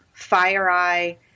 FireEye